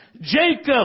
Jacob